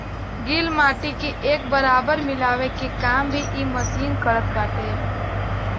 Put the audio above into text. गिल माटी के एक बराबर मिलावे के काम भी इ मशीन करत बाटे